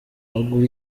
ugura